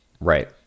Right